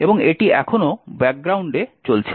এবং এটি এখনও ব্যাকগ্রাউন্ডে চলছে